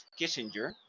Kissinger